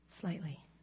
slightly